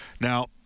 Now